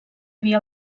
havia